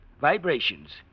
vibrations